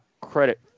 credit